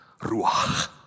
Ruach